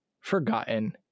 forgotten